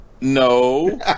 No